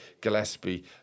Gillespie